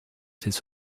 his